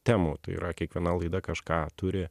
temų tai yra kiekviena laida kažką turi